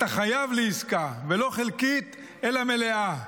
אתה חייב עסקה, ולא חלקית אלא מלאה.